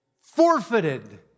forfeited